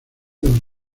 del